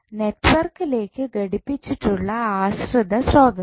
network ലേക്ക് ഘടിപ്പിച്ചിട്ടുള്ള ആശ്രിത സ്രോതസ്സ്